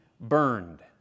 burned